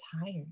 tired